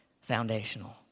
foundational